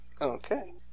Okay